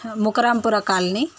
Mukarampura కాల్నీ